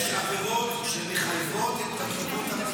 יש עבירות שמחייבות את פרקליטות המדינה.